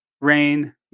Rain